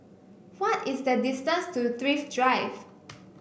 why is the distance to Thrift Drive